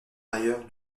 ailleurs